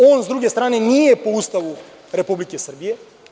On sa druge strane nije po Ustavu Republike Srbije.